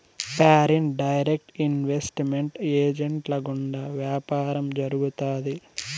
foreign direct investment ఏజెంట్ల గుండా వ్యాపారం జరుగుతాది